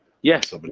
Yes